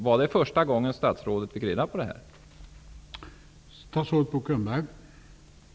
Var det första gången statsrådet fick reda på vad som skett?